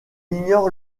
ignore